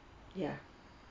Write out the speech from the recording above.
ya